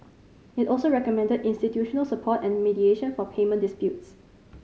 it also recommended institutional support and mediation for payment disputes